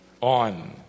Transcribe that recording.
on